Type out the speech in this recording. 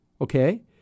okay